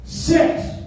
Six